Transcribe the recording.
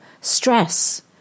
stress